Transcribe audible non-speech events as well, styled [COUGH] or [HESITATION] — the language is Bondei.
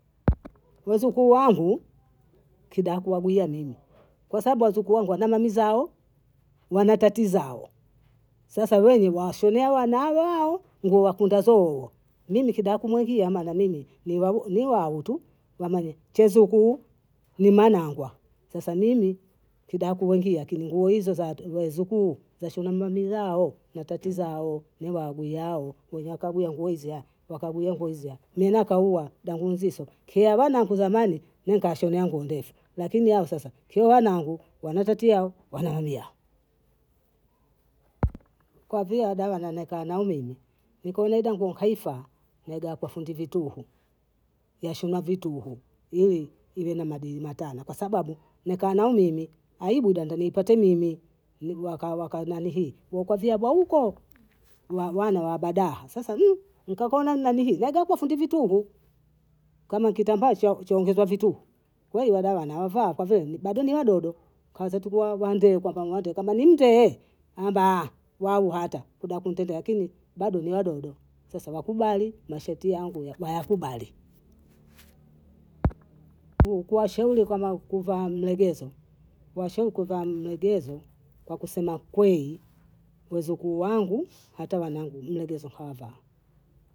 Mzukuu wangu kida kuaguya mimi. kwa sabubu wazukuu zangu wana maamuzi yao, wana tati zao, sasa wenye washonea wana wao nguo wa kunda zoo, mimi kidaku muingia ama na mimi [HESITATION] niwau tu, wamanye chezukuu, ni manangwa, sasa mimi kidaku wakia kini nguo hizo [HESITATION] za wazukuu zashonwa mamizao na tati zao, ni bhabhu yao wenyewe kabla ya nguo hizi hapa, wakagula nguo hizi hapa, menakaua damu iziso, kila bana nku zamani nkashonea nguo ndefu, lakini hao sasa kiwanangu wanachati yao wanawaambia, [HESITATION] kwa via dawa na nna kao mimi, nkaona dau nkaifa meda kwa fundi vituhu, yashona vituhu ili iwe na madili matana, kwa sababu mekaa nao mimi aibu ndo niipate mimi, [HESITATION] waka waka naniiwakavyiaba huko wana wa badaha, sasa [HESITATION] nkakua nna nani hii naga kwa fundi vituhu, kama kitambaa chaongezwa vituhu wale wadawa nawavaa kwa vile bado ni wadodo, kanza tukiwande kwa pamote kama nimtehee, amba haa wau hata kuda kunitetea kini bado ni wadodo, sasa wakubali masharti yangu wayakubali. [HESITATION] kuwashauri kama kuvaa mlegezo, washawai kuvaa mlegezo kwa kusema kwei wazukuu wangu hata wanangu mlegezo hawavai